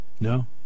No